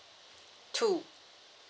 two